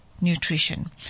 nutrition